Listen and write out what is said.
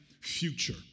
future